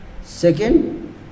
Second